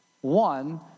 one